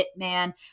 hitman